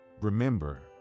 remember